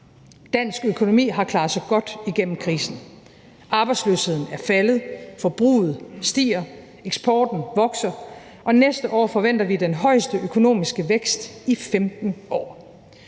Dansk økonomi har klaret sig godt igennem krisen. Arbejdsløsheden er faldet, forbruget stiger, eksporten vokser, og næste år forventer vi den højeste økonomiske vækst i 15 år.